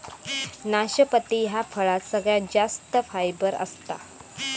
नाशपती ह्या फळात सगळ्यात जास्त फायबर असता